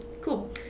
cool